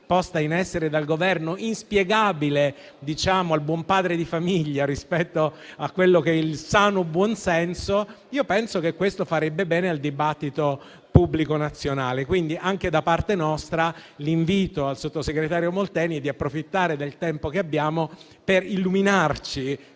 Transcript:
posta in essere dal Governo, inspiegabile al buon padre di famiglia rispetto al sano buonsenso, penso che questo farebbe bene al dibattito pubblico nazionale. Quindi, anche da parte nostra, l'invito al sottosegretario Molteni è di approfittare del tempo che abbiamo per illuminarci